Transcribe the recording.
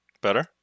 Better